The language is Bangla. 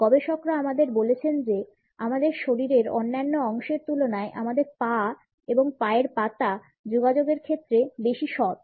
গবেষকরা আমাদের বলেছেন যে আমাদের শরীরের অন্যান্য অংশের তুলনায় আমাদের পা এবং পায়ের পাতা যোগাযোগের ক্ষেত্রে বেশি সৎ